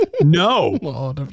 No